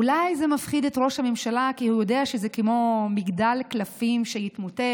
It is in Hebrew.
אולי זה מפחיד את ראש הממשלה כי הוא יודע שזה כמו מגדל קלפים שיתמוטט,